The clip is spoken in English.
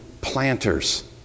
planters